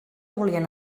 volien